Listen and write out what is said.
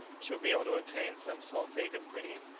she would be able to obtain some sulphate of quinine,